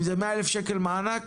אם זה 100,000 שקלים מענק,